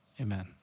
Amen